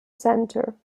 centre